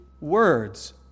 words